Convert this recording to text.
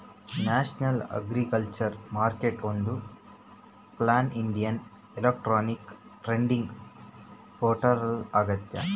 national agriculture ಮಾರ್ಕೆಟ್ಒಂದು pan India electronic trading portal ಆಗ್ಯದ